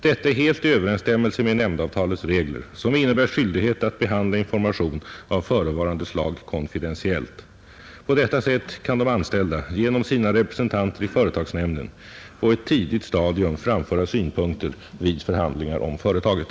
Detta är helt i överensstämmelse med nämndavtalets regler, som innebär skyldighet att behandla information av förevarande slag konfidentiellt. På detta sätt kan de anställda genom sina representanter i företagsnämnden på ett tidigt stadium framföra synpunkter vid förhandlingar om företaget.